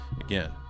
Again